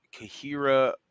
Kahira